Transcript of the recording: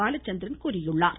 பாலச்சந்திரன் தெரிவித்துள்ளார்